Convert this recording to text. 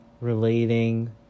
relating